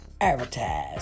advertise